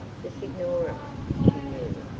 the signora, she knew,